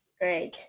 Great